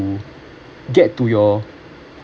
to get to your